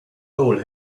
hole